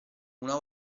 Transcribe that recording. una